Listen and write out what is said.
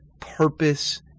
purpose